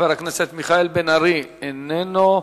חבר הכנסת מיכאל בן-ארי, איננו.